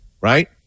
right